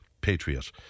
patriot